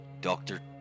Doctor